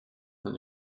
von